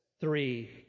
three